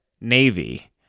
Navy